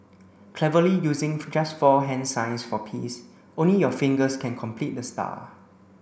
cleverly using just four hand signs for peace only your fingers can complete the star